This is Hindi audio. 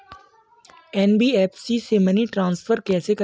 एन.बी.एफ.सी से मनी ट्रांसफर कैसे करें?